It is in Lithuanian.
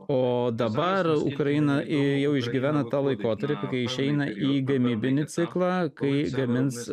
o dabar ukraina jau išgyvena tą laikotarpį kai išeina į gamybinį ciklą kai gamins